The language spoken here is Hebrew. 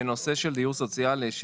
בנושא של דיור סוציאלי,